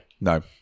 No